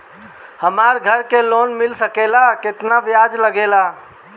हमरा घर के लोन मिल सकेला केतना ब्याज लागेला?